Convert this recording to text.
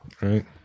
Right